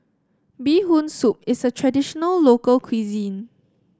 Bee Hoon Soup is a traditional local cuisine